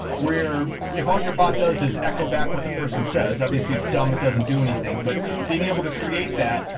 where if all you bot does is echo back what the person says, obviously it's dumb. it doesn't do anything. but being able to create that,